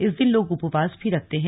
इस दिन लोग उपवास भी रखते हैं